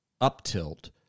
up-tilt